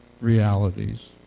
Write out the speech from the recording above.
realities